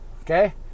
Okay